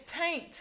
taint